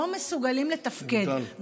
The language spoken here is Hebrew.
לא מסוגלים לתפקד.